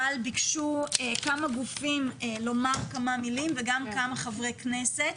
אבל ביקשו כמה גופים לומר כמה מילים וגם כמה חברי כנסת.